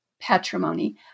patrimony